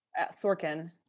Sorkin